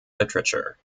literature